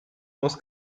muss